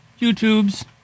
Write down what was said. YouTubes